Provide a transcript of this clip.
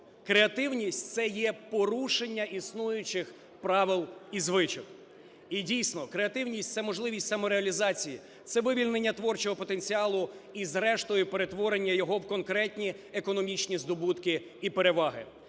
Креативність – це є порушення існуючих правил і звичок. І, дійсно, креативність – це можливість самореалізації, це вивільнення творчого потенціалу і, зрештою, перетворення його в конкретні економічні здобутки і переваги.